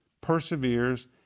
perseveres